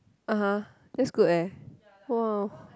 (uh huh) that's good eh !wow!